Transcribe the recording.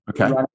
Okay